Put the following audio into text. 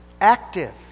active